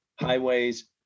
highways